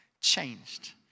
changed